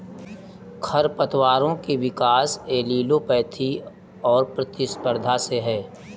खरपतवारों के विकास एलीलोपैथी और प्रतिस्पर्धा से है